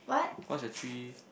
what's your three